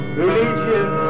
religion